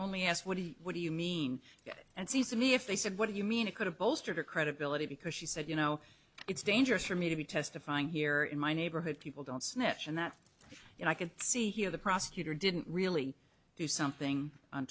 only asked what do you what do you mean and seems to me if they said what do you mean it could have bolstered her credibility because she said you know it's dangerous for me to be testifying here in my neighborhood people don't snitch and that you know i could see here the prosecutor didn't really do something on